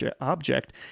object